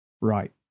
Right